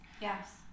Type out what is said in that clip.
Yes